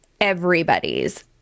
everybody's